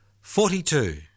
forty-two